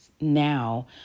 now